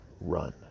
run